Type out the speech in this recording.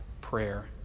prayer